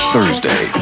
Thursday